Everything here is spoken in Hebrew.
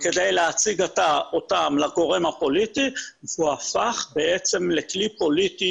כדי להציג אותם לגורם הפוליטי והוא בעצם הפך לכלי פוליטי